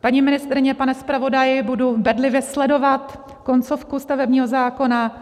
Paní ministryně, pane zpravodaji, budu bedlivě sledovat koncovku stavebního zákona.